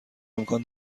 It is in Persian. امکان